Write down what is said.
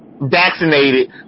vaccinated